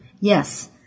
Yes